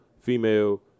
female